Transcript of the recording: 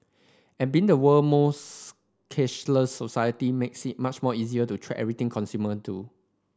and being the world most cashless society makes it that much easier to track everything consumer do